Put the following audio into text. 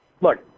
look